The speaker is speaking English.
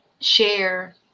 share